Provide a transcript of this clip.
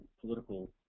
political